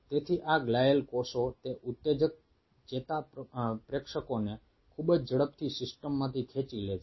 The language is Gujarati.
તેથી આ ગ્લિઅલ કોષો તે ઉત્તેજક ચેતાપ્રેષકોને ખૂબ ઝડપથી સિસ્ટમમાંથી ખેંચી લે છે